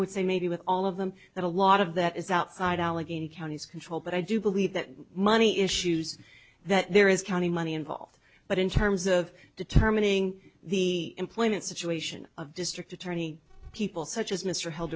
would say maybe with all of them that a lot of that is outside allegheny county is controlled but i do believe that money issues that there is county money involved but in terms of determining the employment situation of district attorney people such as mr held